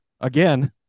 Again